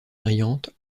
brillante